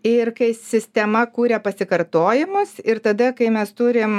ir kai sistema kuria pasikartojimus ir tada kai mes turim